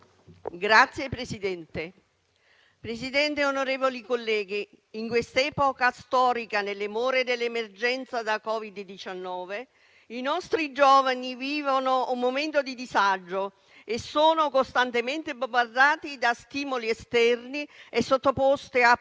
*(M5S)*. Signor Presidente, onorevoli colleghi, in quest'epoca storica, nelle more dell'emergenza da Covid-19, i nostri giovani vivono un momento di disagio e sono costantemente bombardati da stimoli esterni e sottoposti a pressioni